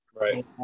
right